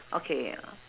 okay